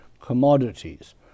commodities